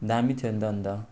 दामी थियो नि त अन्त